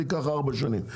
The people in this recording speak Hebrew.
ייקח ארבע שנים.